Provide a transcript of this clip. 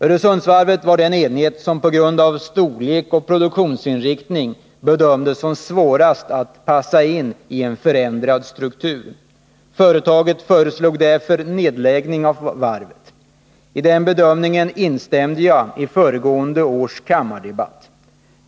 Öresundsvarvet var den enhet som på grund av storlek och produktionsinriktning bedömdes som svårast att passa in i en förändrad struktur. Företaget föreslog därför nedläggning av varvet. I den bedömningen instämde jag i föregående års kammardebatt.